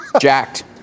Jacked